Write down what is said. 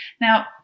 Now